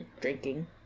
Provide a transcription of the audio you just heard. drinking